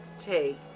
take